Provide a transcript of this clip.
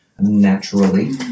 naturally